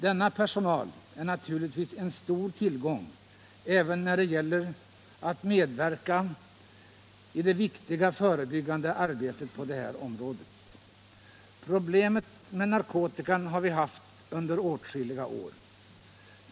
Denna personal är naturligtvis en stor tillgång även när det gäller att medverka i det viktiga förebyggande arbetet på det här området. Problemet med narkotikan har vi haft under åtskilliga år.